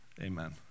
Amen